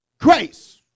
grace